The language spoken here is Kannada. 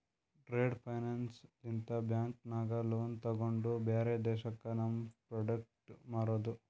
ಟ್ರೇಡ್ ಫೈನಾನ್ಸ್ ಲಿಂತ ಬ್ಯಾಂಕ್ ನಾಗ್ ಲೋನ್ ತೊಗೊಂಡು ಬ್ಯಾರೆ ದೇಶಕ್ಕ ನಮ್ ಪ್ರೋಡಕ್ಟ್ ಮಾರೋದು